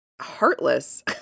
heartless